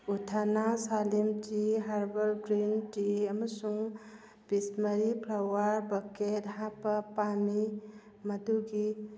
ꯎꯊꯅꯥ slim tea herbal green tea ꯑꯃꯁꯨꯡ piece ꯃꯔꯤ flower bucket ꯍꯥꯞꯄ ꯄꯥꯝꯏ ꯃꯗꯨꯒꯤ